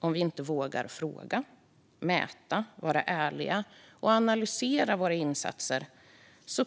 Om vi inte vågar fråga, mäta, vara ärliga och analysera våra insatser